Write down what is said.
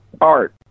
Art